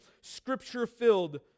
Scripture-filled